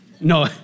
No